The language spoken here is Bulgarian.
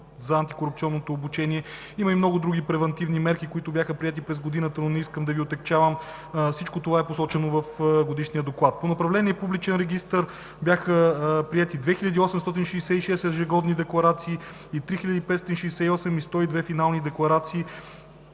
с антикорупционното обучение. Има и много други превантивни мерки, които бяха предприети през годината, но не искам да Ви отегчавам. Всичко това е посочено в Годишния доклад. По направление „Публичен регистър“ бяха приети 2866 ежегодни декларации, 3568 – встъпителни, и 102 финални декларации.